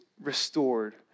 restored